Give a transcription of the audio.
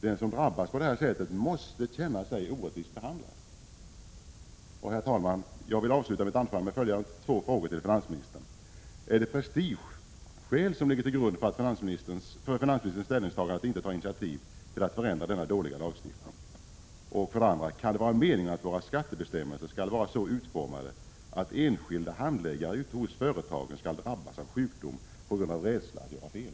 Den som drabbas på detta sätt måste känna sig orättvist behandlad. Herr talman! Jag vill avsluta mitt anförande med följande frågor till finansministern: 1. Är det enbart prestigeskäl som ligger till grund för finansministerns ställningstagande att inte ta initiativ till att förändra denna dåliga lagstiftning? 2. Kan det vara meningen att våra skattebestämmelser skall vara så utformade att enskilda handläggare ute hos företagen skall drabbas av sjukdom på grund av rädsla att göra fel?